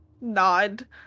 nod